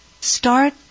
start